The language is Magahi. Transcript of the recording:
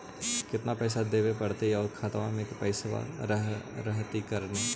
केतना पैसा देबे पड़तै आउ खातबा में पैसबा रहतै करने?